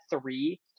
three